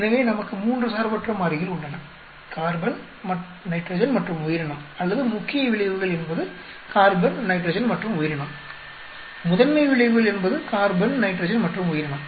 எனவே நமக்கு மூன்று சார்பற்ற மாறிகள் உள்ளன - கார்பன் நைட்ரஜன் மற்றும் உயிரினம் அல்லது முக்கிய விளைவுகள் என்பது கார்பன் நைட்ரஜன் மற்றும் உயிரினம் முதன்மை விளைவுகள் என்பது கார்பன் நைட்ரஜன் மற்றும் உயிரினம்